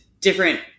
different